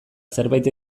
zerbait